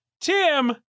Tim